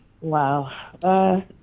Wow